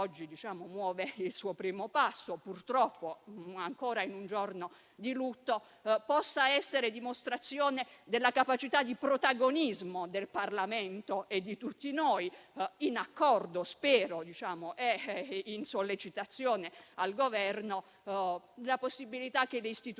oggi muove il suo primo passo, purtroppo ancora in un giorno di lutto, possa essere dimostrazione della capacità di protagonismo del Parlamento e di tutti noi in accordo con il Governo, sollecitandolo affinché le Istituzioni